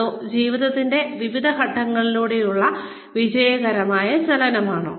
അതോ ജീവിതത്തിന്റെ വിവിധ ഘട്ടങ്ങളിലൂടെയുള്ള വിജയകരമായ ചലനമാണോ